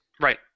Right